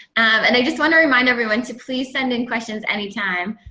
and i just want to remind everyone to please send in questions anytime.